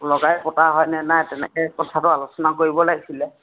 লগাই পতা হয়নে নাই তেনেকে কথাটো আলোচনা কৰিব লাগিছিলে